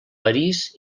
parís